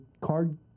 card